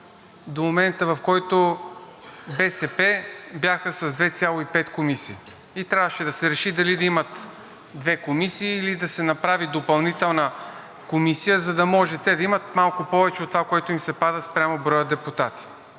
до момента, в който БСП бяха с 2,5 комисии и трябваше да се реши дали да имат две комисии, или да се направи допълнителна комисия, за да може те да имат малко повече от това, което им се пада спрямо броя депутати.